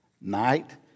night